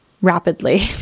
rapidly